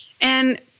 And-